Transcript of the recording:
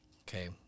okay